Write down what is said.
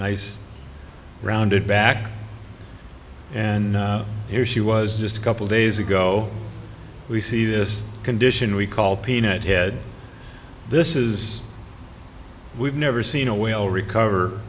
nice rounded back and here she was just a couple days ago we see this condition we call peanut head this is we've never seen a whale recover